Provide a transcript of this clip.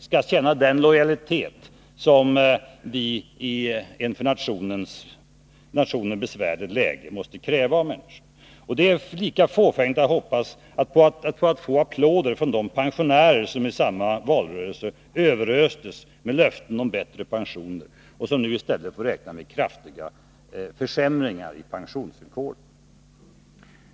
skall känna den lojalitet som vi i ett för nationen besvärligt läge måste kräva av människorna. Det är lika fåfängt att hoppas på att få applåder från de pensionärer som i samma valrörelse överöstes med löften om bättre pensioner men som nu i stället får räkna med kraftiga försämringar i pensionsvillkoren.